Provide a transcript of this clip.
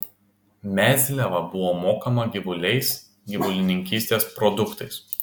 mezliava buvo mokama gyvuliais gyvulininkystės produktais